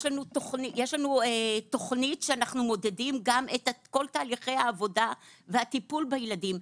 יש לנו תוכנית שאנחנו גם מודדים את כל תהליכי העבודה והטיפול בילדים.